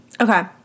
Okay